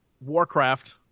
warcraft